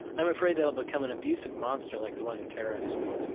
i'm afraid that i'll become and abusive monster like the one who terrorized me.